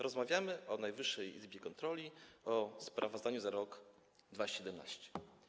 Rozmawiamy o Najwyższej Izbie Kontroli, o sprawozdaniu za rok 2017.